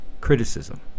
Criticism